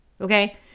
Okay